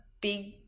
big